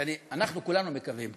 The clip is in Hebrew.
שאני, אנחנו כולנו, מקווים